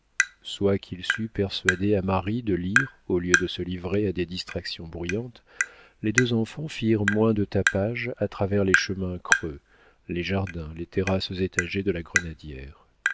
soit qu'il sût persuader à marie de lire au lieu de se livrer à des distractions bruyantes les deux enfants firent moins de tapage à travers les chemins creux les jardins les terrasses étagées de la grenadière